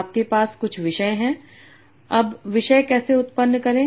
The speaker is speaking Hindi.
आपके पास कुछ विषय हैं अब विषय कैसे उत्पन्न करें